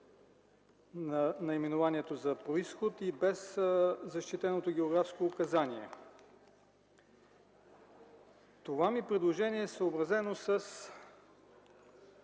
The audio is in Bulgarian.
наименованието за произход и без защитеното географско указание. Това ми предложение е съобразено с